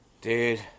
dude